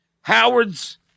Howard's